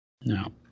No